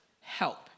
help